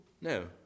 No